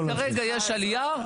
בארץ כרגע יש עלייה,